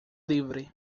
livre